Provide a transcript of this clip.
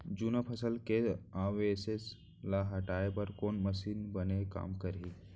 जुन्ना फसल के अवशेष ला हटाए बर कोन मशीन बने काम करही?